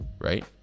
Right